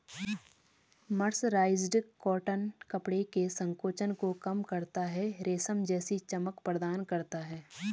mercerised cotton कपड़े के संकोचन को कम करता है, रेशम जैसी चमक प्रदान करता है